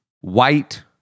white